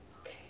Okay